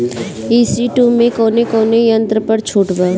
ई.सी टू मै कौने कौने यंत्र पर छुट बा?